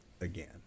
again